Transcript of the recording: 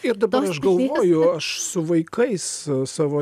ir dabar aš galvoju aš su vaikais savo